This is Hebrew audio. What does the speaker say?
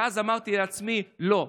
ואז אמרתי לעצמי: לא,